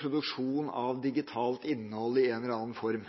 produksjonen av digitalt innhold i en eller annen form.